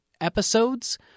...episodes